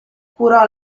curò